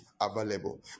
available